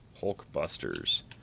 Hulkbusters